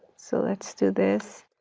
so let's do this,